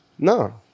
No